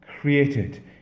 created